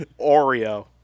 Oreo